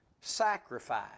sacrifice